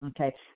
Okay